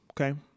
okay